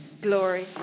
glory